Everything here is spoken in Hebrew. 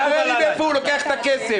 תספר לי מאיפה הוא לוקח את הכסף.